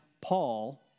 Paul